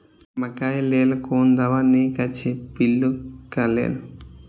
मकैय लेल कोन दवा निक अछि पिल्लू क लेल?